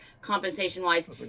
compensation-wise